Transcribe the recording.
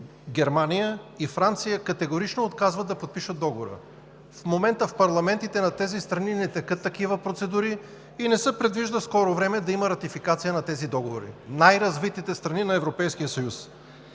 Германия и Франция, категорично отказват да подпишат Договора. В момента в парламентите на тези страни не текат такива процедури и не се предвижда в скоро време да има ратификация на тези договори – най-развитите страни в Европейския съюз.